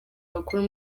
bakuru